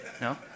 No